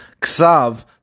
ksav